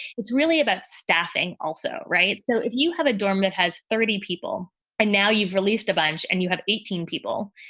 it's really about staffing also. right. so if you have a dorm that has thirty people and now you've released a bunch and you have eighteen people,